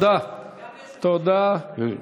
גם ליושב-ראש ההסתדרות בעניין הזה.